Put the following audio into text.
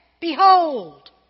Behold